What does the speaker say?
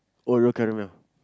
oreo caramel